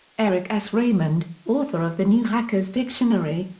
eric s. raymond, author of the new hacker's dictionary,